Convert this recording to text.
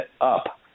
up